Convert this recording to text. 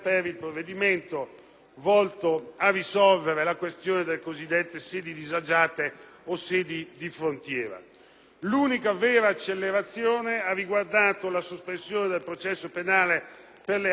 volto a risolvere la questione delle cosiddette sedi disagiate o sedi di frontiera. L'unica vera accelerazione ha riguardato la sospensione del processo penale per le alte cariche dello Stato.